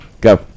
Go